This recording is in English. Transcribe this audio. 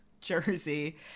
Jersey